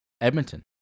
Edmonton